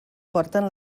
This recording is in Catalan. porten